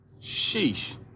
sheesh